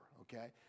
okay